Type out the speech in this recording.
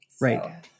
Right